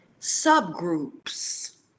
subgroups